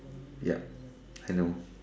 yep I know